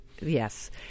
Yes